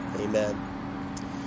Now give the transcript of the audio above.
amen